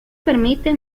permite